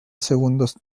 segundos